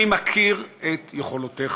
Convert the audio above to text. אני מכיר את יכולותיך,